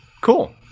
cool